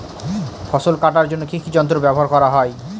ফসল কাটার জন্য কি কি যন্ত্র ব্যাবহার করা হয়?